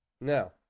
now